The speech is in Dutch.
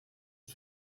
het